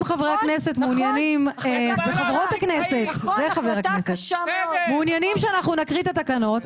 אם חברי הכנסת וחברות הכנסת מעוניינים שאנחנו נקריא את התקנות,